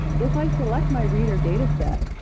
if i select my reader data set,